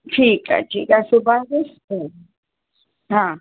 ठीकु आहे ठीकु आहे सिबाए ॾिस हा